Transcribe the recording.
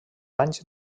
anys